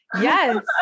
yes